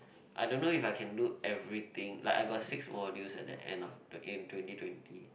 I don't know if I can do everything like I got six modules at the end of the in twenty twenty